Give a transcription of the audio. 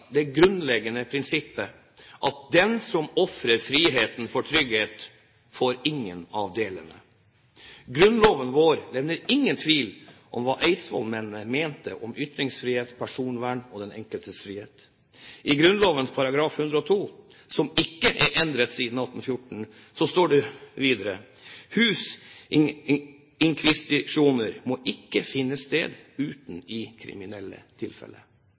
det grunnleggende prinsippet om at den som ofrer friheten for trygghet, får ingen av delene. Grunnloven vår levner ingen tvil om hva eidsvollsmennene mente om ytringsfrihet, personvern og den enkeltes frihet. I Grunnloven § 102, som ikke er endret siden 1814, står det: «Hus-Inkvisitioner maa ikke finde Sted, uden i kriminelle